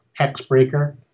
Hexbreaker